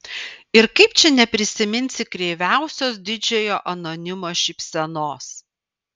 ir kaip čia neprisiminsi kreiviausios didžiojo anonimo šypsenos